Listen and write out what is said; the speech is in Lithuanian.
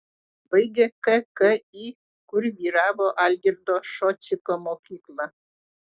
baigė kki kur vyravo algirdo šociko mokykla